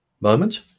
moment